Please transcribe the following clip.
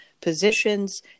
positions